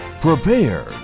Prepare